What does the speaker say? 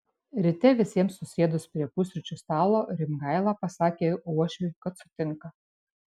ryte visiems susėdus prie pusryčių stalo rimgaila pasakė uošviui kad sutinka